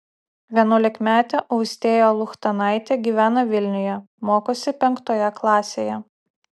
vienuolikmetė austėja luchtanaitė gyvena vilniuje mokosi penktoje klasėje